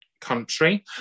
country